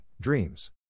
Dreams